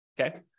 okay